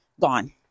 gone